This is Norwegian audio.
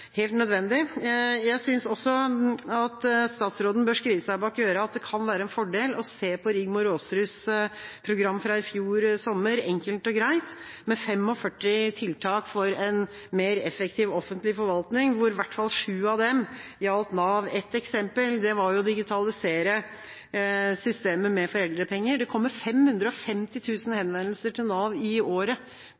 helt nødvendig. Jeg synes også at statsråden bør skrive seg bak øret at det kan være en fordel å se på Rigmor Aasruds program fra i fjor sommer. Det var enkelt og greit med 45 tiltak for en mer effektiv offentlig forvaltning, hvor i hvert fall sju av dem gjaldt Nav. Et eksempel var å digitalisere systemet med foreldrepenger. Det kommer